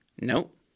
Nope